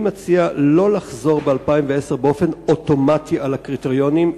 אני מציע שלא לחזור ב-2010 באופן אוטומטי על הקריטריונים,